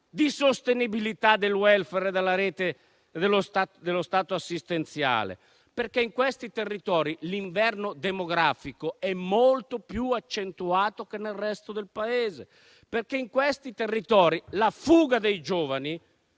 di sostenibilità del *welfare* e dello Stato assistenziale, perché in quei territori l'inverno demografico è molto più accentuato che nel resto del Paese, perché la fuga dei giovani